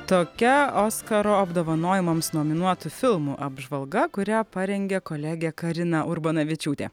tokia oskaro apdovanojimams nominuotų filmų apžvalga kurią parengė kolegė karina urbanavičiūtė